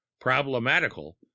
problematical